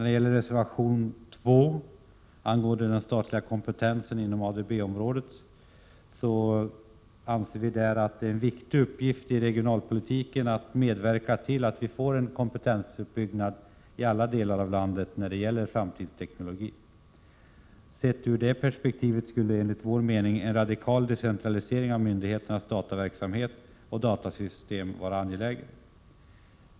Vad gäller reservation 2, angående den statliga kompetensen inom ADB-området, vill vi framhålla följande. En viktig uppgift i regionalpolitiken är att medverka till kompetensuppbyggnad i alla delar av landet vad gäller framtidsteknologi. Sett ur detta perspektiv skulle, enligt vår mening, en radikal decentralisering av myndigheternas dataverksamhet och datasystem vara angelägen.